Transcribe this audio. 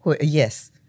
Yes